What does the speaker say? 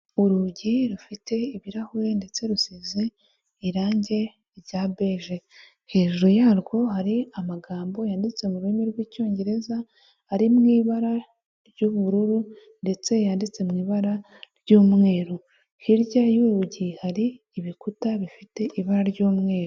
Urugi rufite ibirahure ndetse rusize irange rya beje, hejuru yarwo hari amagambo yanditse mu rurimi rw'icyongereza ari mu ibara ry'ubururu ndetse yanditse mu ibara ry'umweru, hirya y'urugi hari ibikuta bifite ibara ry'umweru.